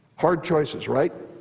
hard choices, right?